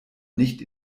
nicht